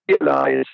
realize